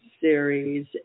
series